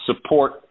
support